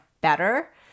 better